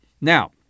now